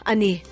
Ani